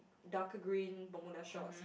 darker green bermuda shorts